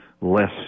less